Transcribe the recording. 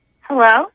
Hello